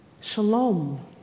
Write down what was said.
shalom